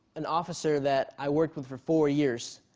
an officer that i worked with for four years.